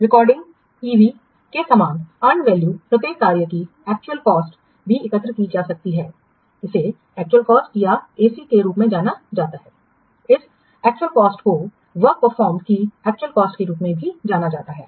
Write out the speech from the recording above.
तो recording EV के समान अर्न वैल्यू प्रत्येक कार्य की एक्चुअल कॉस्ट भी एकत्र की जा सकती है इसे एक्चुअल कॉस्ट या AC के रूप में जाना जाता है इस एक्चुअल कॉस्ट को निष्पादित कार्य की एक्चुअल कॉस्ट के रूप में भी जाना जाता है